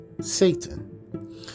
Satan